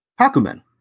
Hakumen